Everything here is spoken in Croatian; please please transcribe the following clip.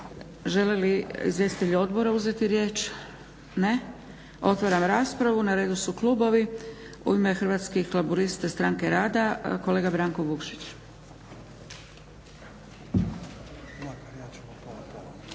Žele li izvjestitelji odbora uzeti riječ? Ne. Otvaram raspravu. Na redu su klubovi. U ime Hrvatskih laburista – stranke rada kolega Branko Vukšić.